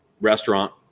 restaurant